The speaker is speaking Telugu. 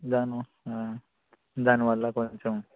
దాని వ ఆ దాని వల్ల కొంచెం